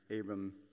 Abram